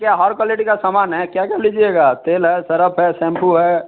यहाँ हर क्वालेटी का सामान है क्या क्या लीजिएगा तेल है सरफ है सैम्पू है